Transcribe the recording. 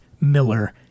Miller